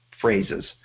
phrases